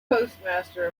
postmaster